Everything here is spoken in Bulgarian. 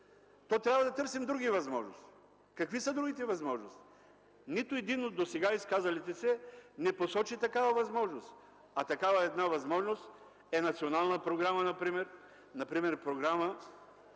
то трябва да търсим други възможности. Какви са другите възможности? Нито един от досега изказалите се не посочи такава възможност, а една такава възможност е национална програма. Например програма,